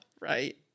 Right